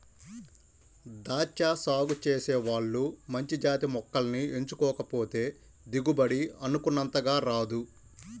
దాచ్చా సాగు చేసే వాళ్ళు మంచి జాతి మొక్కల్ని ఎంచుకోకపోతే దిగుబడి అనుకున్నంతగా రాదు